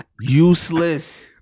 Useless